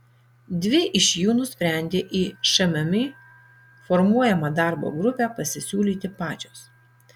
dvi iš jų nusprendė į šmm formuojamą darbo grupę pasisiūlyti pačios